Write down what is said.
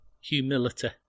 Humility